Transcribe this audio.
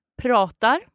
Pratar